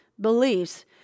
beliefs